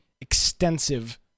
extensive